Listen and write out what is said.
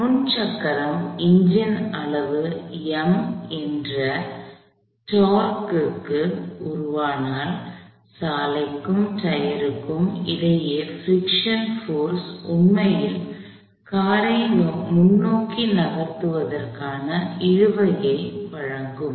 முன் சக்கரம் என்ஜின் அளவு M என்ற டோர்க்கு ஐ torqueமுறுக்குவிசை உருவாக்கினால் சாலைக்கும் டயருக்கும் இடையே பிரிக்க்ஷன்frictionஉராய்வு போர்ஸ் உண்மையில் காரை முன்னோக்கி நகர்த்துவதற்காண இழுவையை வழங்கும்